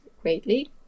greatly